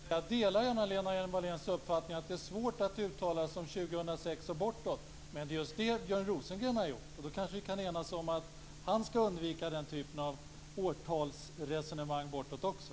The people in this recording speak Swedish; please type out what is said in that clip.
Fru talman! Då vill jag bara tillägga att jag delar Lena Hjelm-Walléns uppfattning att det är svårt att uttala sig om 2006 och bortåt, men det är just det Björn Rosengren har gjort. Då kan vi kanske enas om att han skall undvika den typen av årtalsresonemang också.